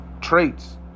traits